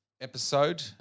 episode